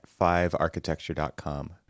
fivearchitecture.com